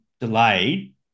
delayed